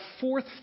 fourth